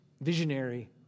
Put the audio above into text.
visionary